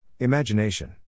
Imagination